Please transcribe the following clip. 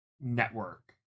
Network